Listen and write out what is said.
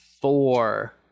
Four